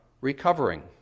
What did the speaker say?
recovering